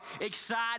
excited